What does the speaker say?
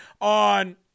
on